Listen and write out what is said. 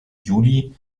juli